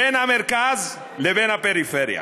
בין המרכז לבין הפריפריה.